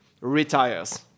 retires